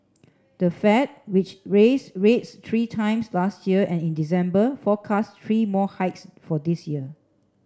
the Fed which raised rates three times last year and in December forecast three more hikes for this year